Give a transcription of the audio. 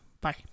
Bye